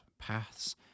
paths